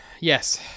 yes